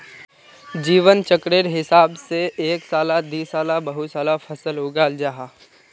जीवन चक्रेर हिसाब से एक साला दिसाला बहु साला फसल उगाल जाहा